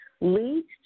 leads